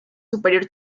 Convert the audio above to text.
superior